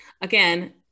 Again